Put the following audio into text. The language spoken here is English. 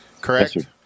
correct